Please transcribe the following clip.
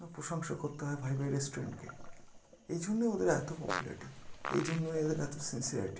না প্রসংসা করতে হয় ভাই ভাই রেস্টুরেন্টকে এই জন্যে ওদের এত পপুলারিটি এই জন্য এদের এত সিনসিয়ারেটি